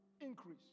increase